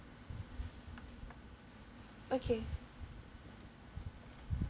okay